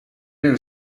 new